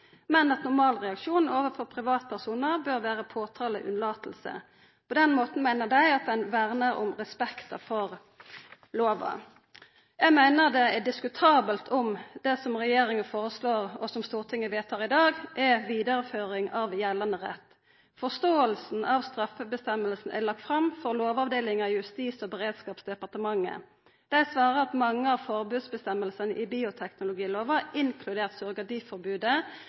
men at normalreaksjonen overfor privatpersonar bør vera påtaleunnlating. På den måten meiner dei at ein vernar om respekten for lova. Eg meiner det er diskutabelt om det som regjeringa foreslår, og som Stortinget vedtar i dag, er vidareføring av gjeldande rett. Forståinga av straffeføresegna er lagd fram for Lovavdelinga i Justis- og beredskapsdepartementet. Dei svarar at mange av forbodsføresegnene i bioteknologilova, inkludert